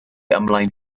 ymlaen